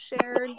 shared